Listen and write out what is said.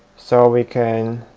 so we can